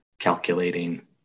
calculating